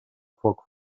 foc